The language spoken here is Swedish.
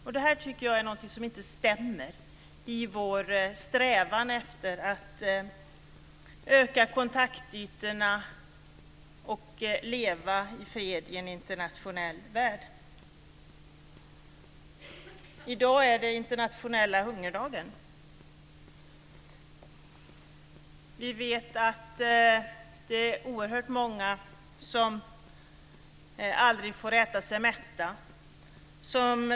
Jag tycker att det är någonting som inte stämmer här i vår strävan efter att öka kontaktytorna och leva i fred i en internationell värld. I dag är det internationella hungerdagen. Vi vet att det är oerhört många som aldrig får äta sig mätta.